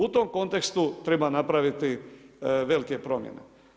U tom kontekstu treba napraviti velike promjene.